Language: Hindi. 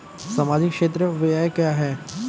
सामाजिक क्षेत्र व्यय क्या है?